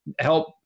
help